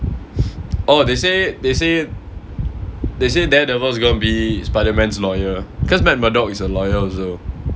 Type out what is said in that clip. oh they say they say they say daredevil is gonna be spiderman's lawyer cause matt murdock is a lawyer also